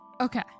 Okay